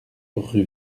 rue